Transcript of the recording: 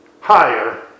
higher